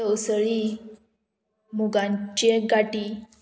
तवसळी मुगांचें गाटी